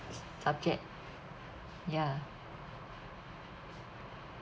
subject ya